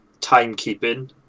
timekeeping